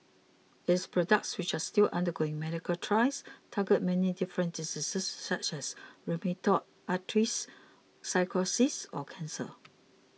its products which are all still undergoing medical trials target many different diseases such as rheumatoid arthritis psoriasis or cancer